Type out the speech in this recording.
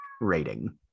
rating